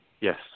yes